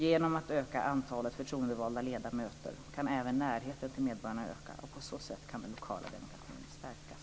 Genom att öka antalet förtroendevalda ledamöter kan även närheten till medborgarna öka, och på så sätt kan den lokala demokratin stärkas.